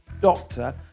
doctor